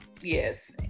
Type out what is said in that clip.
yes